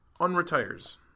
Unretires